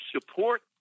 support